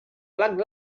blanc